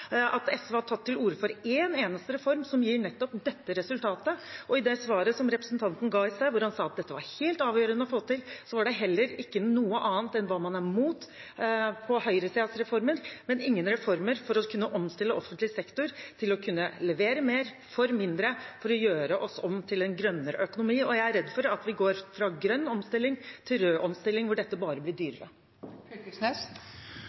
at SV har tatt til orde for en eneste reform som gir nettopp dette resultatet. I det svaret som representanten Knag Fylkesnes ga i sted, hvor han sa at dette var helt avgjørende å få til, var det heller ikke noe annet å høre enn hva man er imot av høyresidens reformer. Han nevnte ingen reformer for å omstille offentlig sektor til å kunne levere mer for mindre, for å gjøre oss om til en grønnere økonomi. Jeg er redd for at vi går fra grønn omstilling til rød omstilling, hvor dette bare blir